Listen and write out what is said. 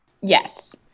Yes